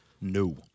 No